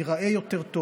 ייראה טוב יותר,